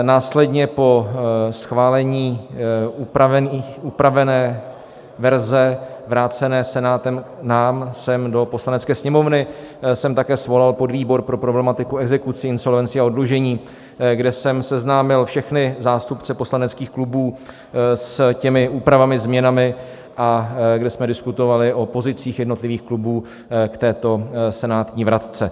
Následně po schválení upravené verze, vrácené Senátem nám sem do Poslanecké sněmovny, jsem také svolal podvýbor pro problematiku exekucí, insolvencí a oddlužení, kde jsem seznámil všechny zástupce poslaneckých klubů s úpravami a změnami a diskutovali jsme o pozicích jednotlivých klubů k této senátní vratce.